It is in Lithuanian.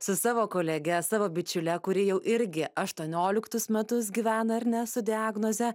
su savo kolege savo bičiule kuri jau irgi aštuonioliktus metus gyvena ar ne su diagnoze